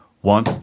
one